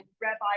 Rabbi